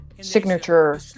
signature